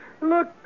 Look